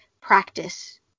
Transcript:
practice